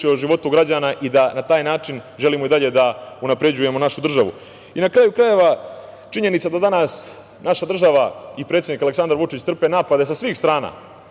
o životu građana i da na taj način želimo i dalje da unapređujemo našu državu. Na kraju krajeva, činjenica da danas naša država i predsednik Aleksandar Vučić trpe napade sa svih strana